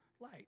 light